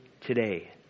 today